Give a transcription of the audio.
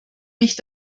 mich